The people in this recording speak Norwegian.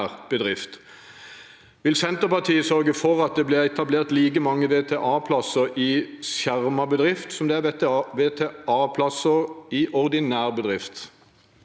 Vil Senterpartiet sørge for at det blir etablert like mange VTA-plasser i skjermet bedrift som det er VTAplasser i ordinær bedrift?